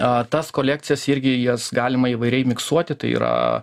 a tas kolekcijas irgi jas galima įvairiai miksuoti tai yra